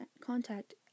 contact